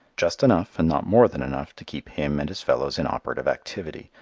just enough and not more than enough to keep him and his fellows in operative activity,